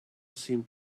seemed